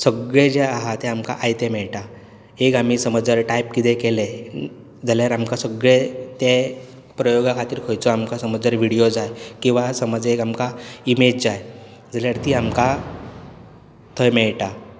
सगळें जें आसा तें आमकां आयतें मेळटा एक आमी समज जर टायप कितें केलें जाल्यार आमकां सगळें तें प्रयोगा खातीर खंयचो आमकां समज जर विडयो जाय किंवा समज एक आमकां इमेज जाय जाल्यार ती आमकां थंय मेळटा